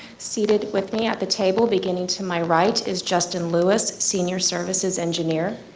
seated with me at the table, beginning to my right, is justin louis, senior services engineer.